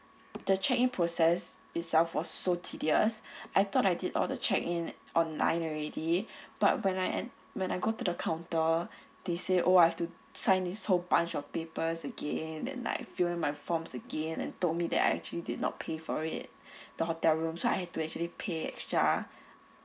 the check in process itself was so tedious I thought I did all the check in online already but when I when I go to the counter they said oh I have to sign this whole bunch of papers again and I have to fill in my forms again and told me that I actually did not pay for it the hotel room so I had to actually pay extra